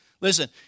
Listen